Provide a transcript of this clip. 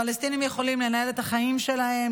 הפלסטינים יכולים לנהל את החיים שלהם,